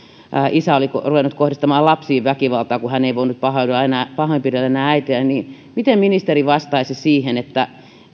isä oli ruvennut kohdistamaan väkivaltaa lapsiin kun hän ei enää voinut pahoinpidellä äitiä miten ministeri vastaa siihen että